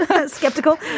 Skeptical